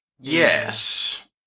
Yes